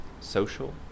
social